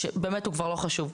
באמת הוא כבר לא חשוב.